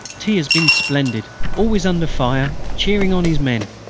t. has been splendid always under fire, cheering on his men.